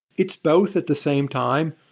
it's both at the same time.